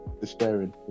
despairing